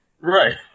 Right